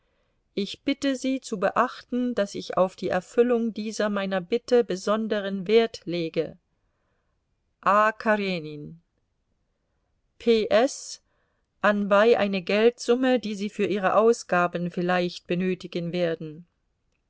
ich bitte sie zu beachten daß ich auf die erfüllung dieser meiner bitte besonderen wert lege a karenin ps anbei eine geldsumme die sie für ihre ausgaben vielleicht benötigen werden